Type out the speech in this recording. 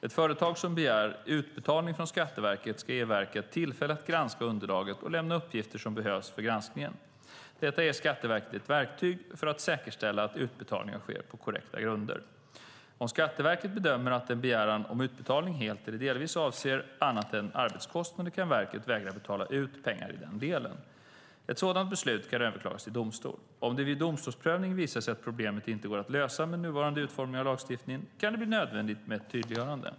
Ett företag som begär utbetalning från Skatteverket ska ge verket tillfälle att granska underlaget och lämna de uppgifter som behövs för granskningen. Detta ger Skatteverket ett verktyg för att säkerställa att utbetalningar sker på korrekta grunder. Om Skatteverket bedömer att en begäran om utbetalning helt eller delvis avser annat än arbetskostnader kan verket vägra att betala ut pengar i den delen. Ett sådant beslut kan överklagas till domstol. Om det vid domstolsprövningen visar sig att problemet inte går att lösa med nuvarande utformning av lagstiftningen kan det bli nödvändigt med ett tydliggörande.